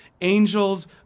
Angels